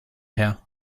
her